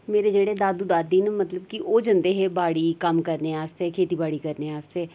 मेरे जेह्ड़े दादू दादी न मतलब कि ओह् जंदे हे बाड़ी कम्म करने आस्तै खेती बाड़ी करने आस्तै